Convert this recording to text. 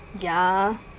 ya